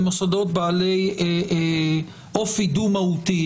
ולמוסדות בעלי אופי דו מהותי,